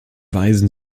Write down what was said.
weisen